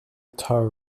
tow